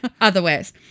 Otherwise